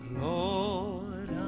Lord